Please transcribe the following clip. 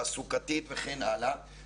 תעסוקתית וכן הלאה,